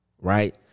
right